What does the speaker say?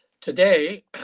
today